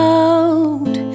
out